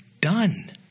done